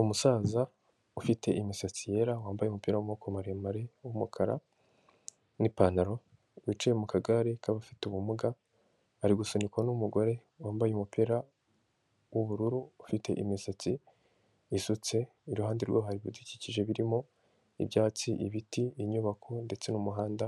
Umusaza ufite imisatsi yera, wambaye umupira w'amaboko maremare w'umukara n'ipantaro, wicaye mu kagare k'abafite ubumuga, ari gusunikwa n'umugore wambaye umupira w'ubururu, ufite imisatsi isutse, iruhande rwe hari ibidukikije birimo ibyatsi, ibiti, inyubako ndetse n'umuhanda